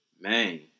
Man